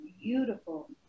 beautiful